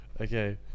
Okay